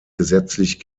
gesetzlich